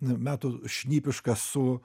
metų šnipišką su